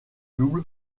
double